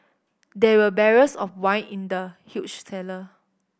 there were barrels of wine in the huge cellar